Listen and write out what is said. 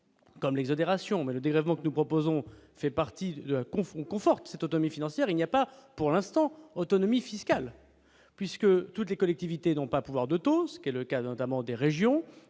comme l'exonération mais le dégrèvement que nous proposons, fait partie de la confond conforte cette autonomie financière, il n'y a pas, pour l'instant, autonomie fiscale puisque toutes les collectivités n'ont pas pouvoir de tout ce qui est le cas, notamment, des régions